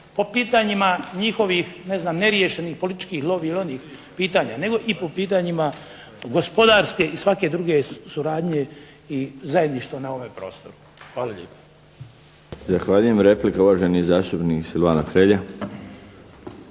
po pitanjima njihovih ne znam ne rješenih političkih ovih ili onih pitanja nego i po pitanjima gospodarske i svake druge suradnje i zajedništva na ovome prostoru. Hvala lijepo.